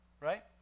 right